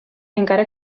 encara